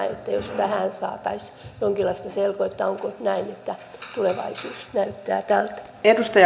että jos tähän saataisiin jonkinlaista selkoa että onko näin että tulevaisuus näyttää tältä